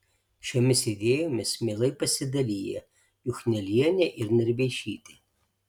šiomis idėjomis mielai pasidalija juchnelienė ir narveišytė